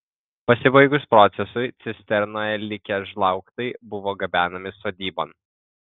pasibaigus procesui cisternoje likę žlaugtai buvo gabenami sodybon